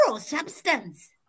substance